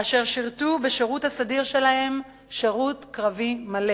אשר שירתו בשירות הסדיר שלהם שירות קרבי מלא.